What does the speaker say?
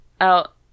out